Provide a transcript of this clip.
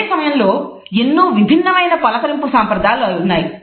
అదే సమయంలో ఎన్నో విభిన్నమైన పలకరింపు సాంప్రదాయాలు ఉన్నాయి